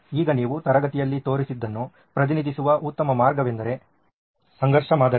ಈಗ ನೀವು ತರಗತಿಗಳಲ್ಲಿ ತೋರಿಸಿದ್ದನ್ನು ಪ್ರತಿನಿಧಿಸುವ ಉತ್ತಮ ಮಾರ್ಗವೆಂದರೆ ಸಂಘರ್ಷ ಮಾದರಿ